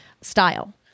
style